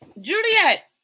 Juliet